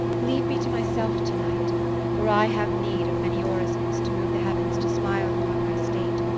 leave me to myself to-night for i have need of many orisons to move the heavens to smile upon my state,